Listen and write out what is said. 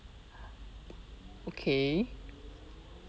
okay